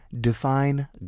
Define